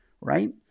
Right